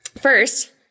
first